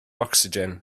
ocsigen